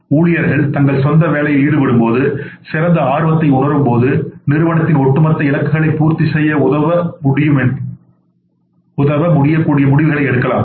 ஊழியர்கள்தங்கள் சொந்தவேலையில் ஈடுபடும்போது சிறந்தஆர்வத்தைஉணரும்போது நிறுவனத்தின் ஒட்டுமொத்த இலக்குகளை பூர்த்தி செய்ய உதவும் முடிவுகளை எடுக்கலாம்